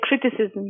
criticism